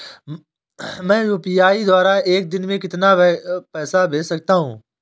मैं यू.पी.आई द्वारा एक दिन में कितना पैसा भेज सकता हूँ?